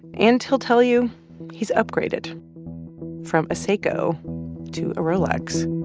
and he'll tell you he's upgraded from a seiko to a rolex